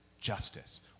justice